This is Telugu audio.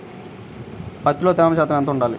పత్తిలో తేమ శాతం ఎంత ఉండాలి?